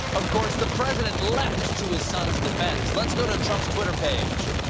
of course, the president leapt to his son's defense. let's go to trump's twitter page.